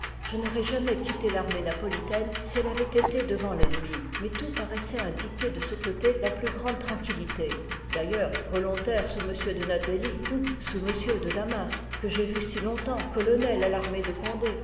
je n'aurois jamais quitté l'armée napolitaine si elle avoit été devant tennemi mais tout paroissoit indiquer de ce côté la plus grande tranquillité d'ailleurs volontaire sous m de nazelli ou sous m de damas que j'ai vu si longtemps colonel à farmée de gondé